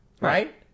right